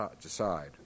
decide